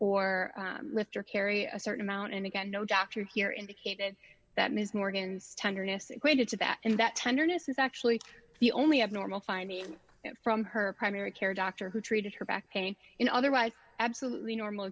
or lift or carry a certain amount and again no doctor here indicated that ms morgan's tenderness equated to that and that tenderness is actually the only abnormal finding from her primary care doctor who treated her back pain in otherwise absolutely normal